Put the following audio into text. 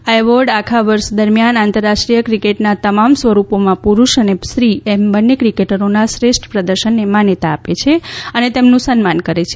આ એવોર્ડ આખા વર્ષ દરમિયાન આંતરરાષ્ટ્રીય ક્રિકેટના તમામ સ્વરૂપોમાં પુરુષ અને સ્ત્રી બંને ક્રિકેટરોના શ્રેષ્ઠ પ્રદર્શનને માન્યતા આપે છે અને તેમનું સન્માન કરે છે